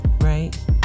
right